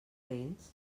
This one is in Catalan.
plens